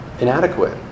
inadequate